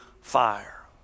fire